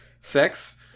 sex